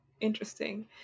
Interesting